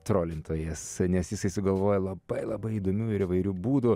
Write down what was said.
trolintojas nes jisai sugalvoja labai labai įdomių ir įvairių būdų